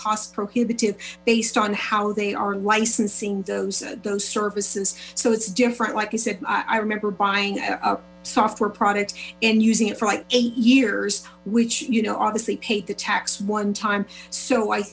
cost prohibitive based on how they are licensing those those services so it's different like i said i remember buying software products and using it for like eight years which you know obviously paid the tax one time so i